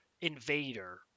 invader